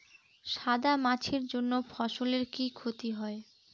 সাদা মাছির জন্য ফসলের কি ক্ষতি হয়?